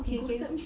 he ghosted me